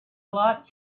lot